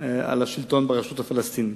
על השלטון ברשות הפלסטינית.